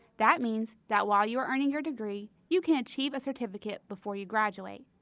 that means that while you are earning your degree, you can achieve a certificate before you graduate.